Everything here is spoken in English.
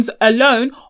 alone